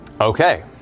Okay